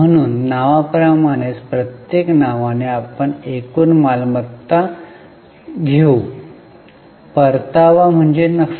म्हणून नावा प्रमाणेच प्रत्येक नावाने आपण एकूण मालमत्ता घेऊ परतावा म्हणजे नफा